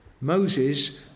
Moses